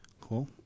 cool